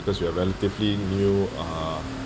because we are relatively new uh